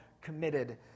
committed